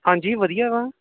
ਹਾਂਜੀ ਵਧੀਆ ਵਾ